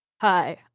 Hi